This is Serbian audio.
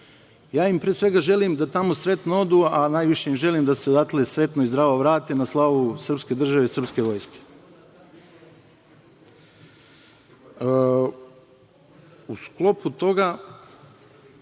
im pre svega želim da tamo sretno odu, a najviše im želim da se odatle sretno i zdravo vrate na slavu srpske države i srpske vojske.U sklopu toga,